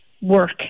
Work